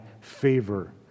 favor